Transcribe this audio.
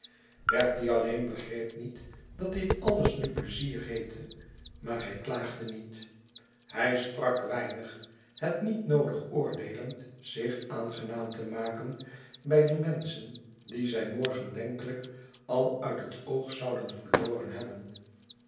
bertie alleen begreep niet dat dit alles nu plezier heette maar hij klaagde niet hij sprak weinig het niet noodig oordeelend zich aangenaam te maken bij die menschen die zij morgen denkelijk al uit het oog zouden verloren hebben